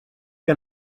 que